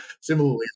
Similarly